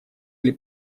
или